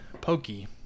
pokey